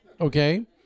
Okay